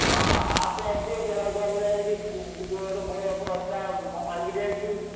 ହଁ ହାର୍ଟ ଅଛି ଦେହ ଭଲ ନାହିଁ ଗୋଡ଼ ଫୋଡ଼ ତା ଭାଙ୍ଗିଯାଇଛି